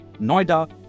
Noida